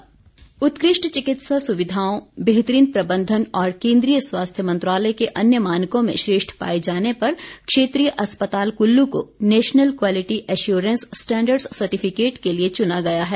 certificate उत्कृष्ट चिकित्सा सुविधाओं बेहतरीन प्रबंधन और केंद्रीय स्वास्थ्य मंत्रालय के अन्य मानकों में श्रेष्ठ पाए जाने पर क्षेत्रीय अस्पताल कुल्लू को national quality assurance standards certificate के लिए चुना गया है